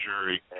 jury